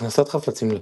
הכנסת חפצים לפה,